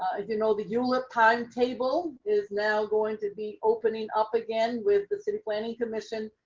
ah you know, the eula timetable is now going to be opening up again with the city planning commission.